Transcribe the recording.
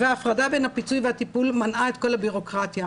וההפרדה בין הפיצוי והטיפול מנעה את כל הבירוקרטיה,